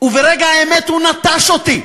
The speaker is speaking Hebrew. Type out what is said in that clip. ברגע האמת הוא נטש אותי,